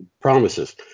promises